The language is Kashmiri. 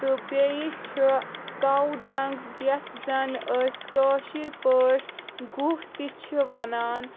تہٕ بیٚیہِ چھِ کَو ڈنٛگ یتھ زن أسۍ کٲشِر پٲٹھۍ گُہہ تہِ چھِ ونان